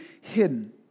hidden